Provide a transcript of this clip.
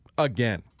Again